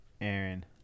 Aaron